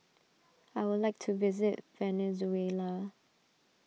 I would like to visit Venezuela